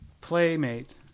Playmate